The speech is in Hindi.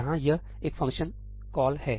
यहां यह एक फ़ंक्शन कॉल है